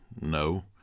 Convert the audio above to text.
No